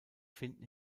finden